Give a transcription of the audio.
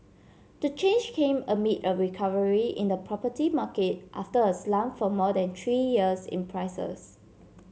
the change came amid a recovery in the property market after a slump for more than three years in prices